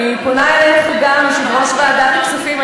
אני פונה גם אליך, יושב-ראש ועדת הכספים.